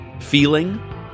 feeling